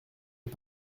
est